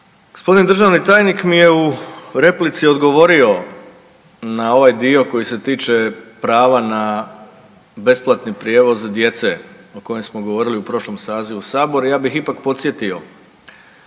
Gospodin državni tajnik mi je u replici odgovorio na ovaj dio koji se tiče prava na besplatni prijevoz djece o kojem smo govorili u prošlom sazivu sabora. Ja bih ipak podsjetio